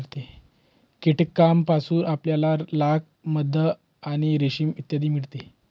कीटकांपासून आपल्याला लाख, मध आणि रेशीम इत्यादी मिळते